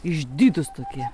išdidūs tokie